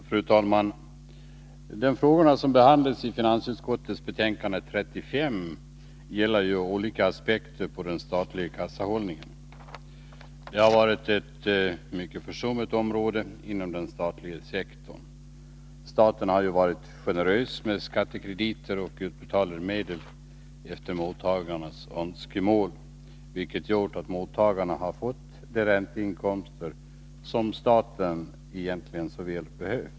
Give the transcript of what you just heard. Fru talman! De frågor som behandlas i finansutskottets betänkande 35 gäller olika aspekter av den statliga kassahållningen. Den har varit ett mycket försummat område inom den statliga sektorn. Staten har varit generös med skattekrediter och utbetalat medel efter mottagarnas önskemål, vilket gjort att mottagarna har fått de ränteinkomster som staten egentligen så väl hade behövt.